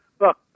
Look